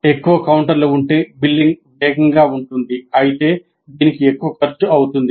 ఎక్కువ కౌంటర్లు ఉంటే బిల్లింగ్ వేగంగా ఉంటుంది అయితే దీనికి ఎక్కువ ఖర్చు అవుతుంది